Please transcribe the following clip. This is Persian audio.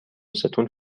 ستون